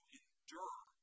endure